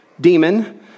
demon